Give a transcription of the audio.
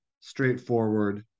straightforward